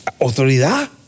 Autoridad